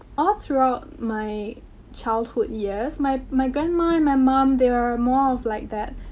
all throughout my childhood years, my my grandma and my mom, they were more of like that.